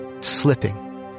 slipping